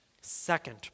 Second